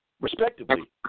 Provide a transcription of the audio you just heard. respectively